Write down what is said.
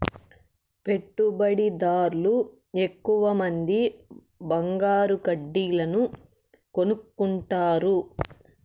పెట్టుబడిదార్లు ఎక్కువమంది బంగారు కడ్డీలను కొనుక్కుంటారు